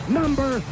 number